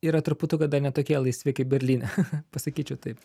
yra truputuką dar ne tokie laisvi kaip berlyne pasakyčiau taip